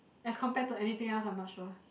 as compared to anything else I'm not sure